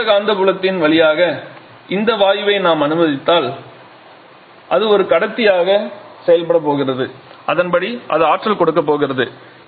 இப்போது இந்த காந்தப்புலத்தின் வழியாக இந்த வாயுவை நாம் அனுமதித்தால் அது ஒரு கடத்தியாக செயல்படப் போகிறது அதன்படி அது ஆற்றல் கொடுக்கப் போகிறது